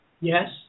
Yes